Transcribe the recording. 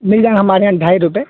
مل جائیں گے ہمارے یہاں ڈھائی روپے